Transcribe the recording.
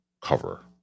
cover